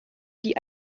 die